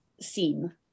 scene